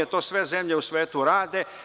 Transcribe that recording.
To sve zemlje u svetu rade.